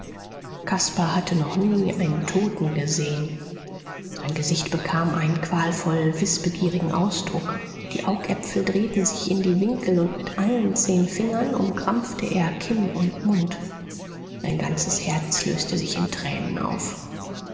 caspar hatte noch nie einen toten gesehen sein gesicht bekam einen qualvoll wißbegierigen ausdruck die augäpfel drehten sich in die winkel und mit allen zehn fingern umkrampfte er kinn und mund sein ganzes herz löste sich in tränen auf